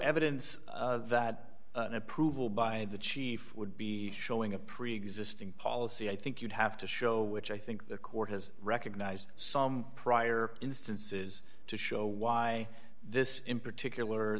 evidence that an approval by the chief would be showing a preexisting policy i think you'd have to show which i think the court has recognized some prior instances to show why this in particular